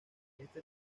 este